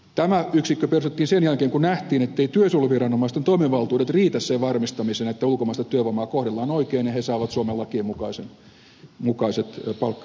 tämä yksikkö perustettiin sen jälkeen kun nähtiin etteivät työsuojeluviranomaisten toimivaltuudet riitä sen varmistamiseen että ulkomaista työvoimaa kohdellaan oikein ja se saa suomen lakien mukaiset palkka ja muut työehdot